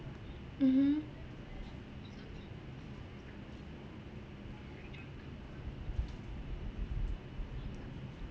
mmhmm